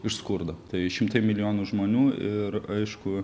iš skurdo tai šimtai milijonų žmonių ir aišku